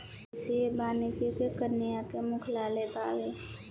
कृषि वानिकी के केन्या में मुख्यालय बावे